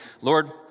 Lord